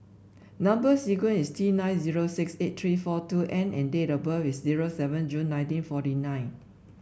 number sequence is T nine zero six eight three four two N and date of birth is zero seven June nineteen forty nine